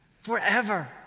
Forever